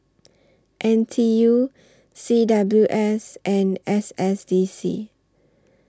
N T U C W S and S S D C